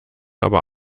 aber